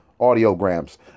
audiograms